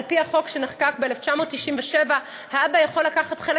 על-פי החוק שנחקק ב-1997 האבא יכול לקחת חלק